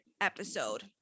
episode